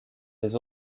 des